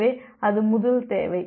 எனவே அது முதல் தேவை